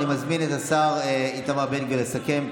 אני מזמין את השר איתמר בן גביר לסכם.